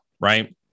right